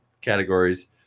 categories